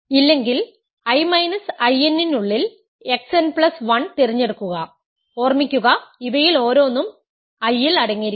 ഇല്ലെങ്കിൽ I In നുള്ളിൽ xn1 തിരഞ്ഞെടുക്കുക ഓർമിക്കുക ഇവയിൽ ഓരോന്നും I ൽ അടങ്ങിയിരിക്കുന്നു